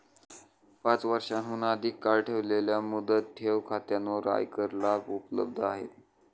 पाच वर्षांहून अधिक काळ ठेवलेल्या मुदत ठेव खात्यांवर आयकर लाभ उपलब्ध आहेत